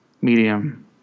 medium